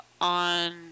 on